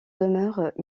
demeure